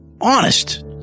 Honest